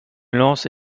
lance